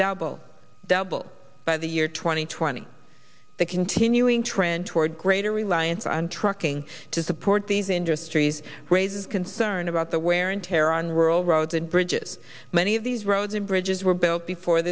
double double by the year two thousand and twenty the continuing trend toward greater reliance on trucking to support these industries raises concern about the wear and tear on rural roads and bridges many of these roads and bridges were built before